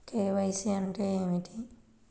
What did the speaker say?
KYC అంటే ఏమిటి?